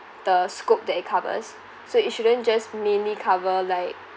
the scope that it covers so it shouldn't just mainly cover like